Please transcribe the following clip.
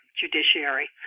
Judiciary